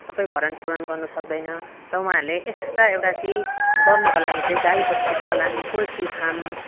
सबै भरण पूर्ण गर्न सक्दैन र उहाँहरूले एक्स्ट्रा एउटा केही गर्नुको लागि चाहिँ गाई बस्तु पालन पोल्ट्री फार्म